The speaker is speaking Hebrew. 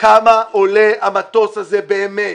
כמה עולה המטוס הזה באמת,